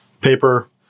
paper